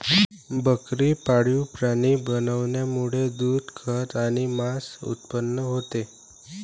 बकरी पाळीव प्राणी बनवण्यामुळे दूध, खत आणि मांस उत्पन्न होते